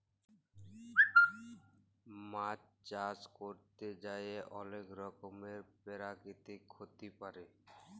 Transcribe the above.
মাছ চাষ ক্যরতে যাঁয়ে অলেক রকমের পেরাকিতিক ক্ষতি পারে